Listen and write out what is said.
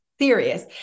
serious